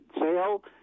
sale